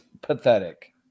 pathetic